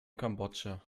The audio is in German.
kambodscha